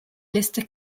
lester